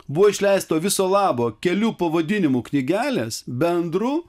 buvo išleista viso labo kelių pavadinimų knygelės bendru